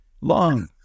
Long